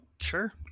Sure